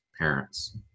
parents